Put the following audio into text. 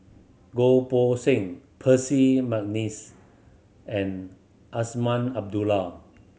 Goh Poh Seng Percy McNeice and Azman Abdullah